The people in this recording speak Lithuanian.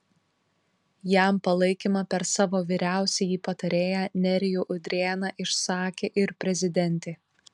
jam palaikymą per savo vyriausiąjį patarėją nerijų udrėną išsakė ir prezidentė